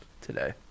today